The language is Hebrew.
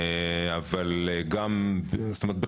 זאת אומרת,